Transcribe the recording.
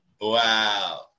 Wow